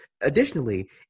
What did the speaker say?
additionally